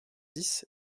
dix